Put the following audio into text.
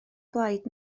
blaid